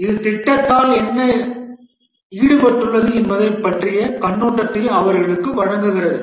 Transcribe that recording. இது திட்டத்தில் என்ன ஈடுபட்டுள்ளது என்பது பற்றிய கண்ணோட்டத்தை அவர்களுக்கு வழங்குகிறது